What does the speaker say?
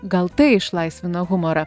gal tai išlaisvina humorą